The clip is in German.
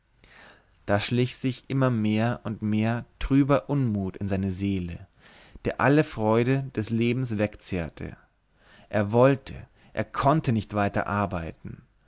da schlich sich immer mehr und mehr trüber unmut in seine seele der alle freude des lebens wegzehrte er wollte er konnte nicht weiter arbeiten